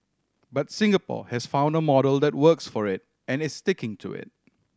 but Singapore has found a model that works for it and is sticking to it